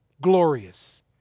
glorious